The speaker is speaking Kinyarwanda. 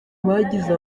bagize